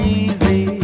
easy